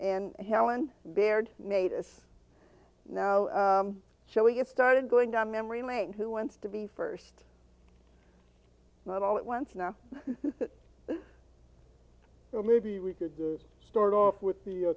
and helen baird made us now shall we get started going down memory lane who wants to be first not all at once now so maybe we could start off with the